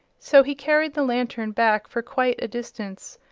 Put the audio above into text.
so he carried the lantern back for quite a distance,